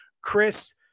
Chris